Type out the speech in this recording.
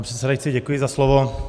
Pane předsedající, děkuji za slovo.